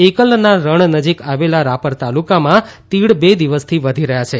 એકલના રણ નજીક આવેલા રાપર તાલુકામાં તીડ બે દિવસથી વધી રહ્યા છે